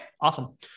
awesome